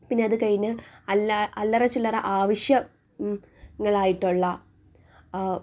പിന്നെ അത് കഴിഞ്ഞ് അല്ലറ അല്ലറ ചില്ലറ ആവശ്യ ങ്ങളായിട്ടുള്ള